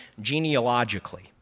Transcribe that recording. genealogically